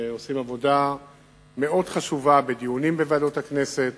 שעושים עבודה מאוד חשובה בדיונים בוועדות הכנסת,